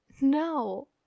no